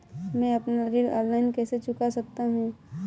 मैं अपना ऋण ऑनलाइन कैसे चुका सकता हूँ?